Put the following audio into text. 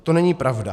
To není pravda.